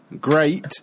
Great